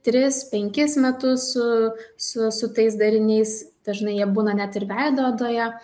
tris penkis metus su su su tais dariniais dažnai jie būna net ir veido odoje